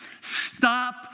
Stop